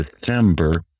December